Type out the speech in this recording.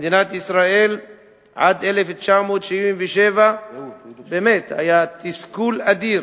במדינת ישראל עד 1977 באמת היה תסכול אדיר